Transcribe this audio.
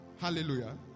Hallelujah